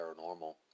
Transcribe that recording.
paranormal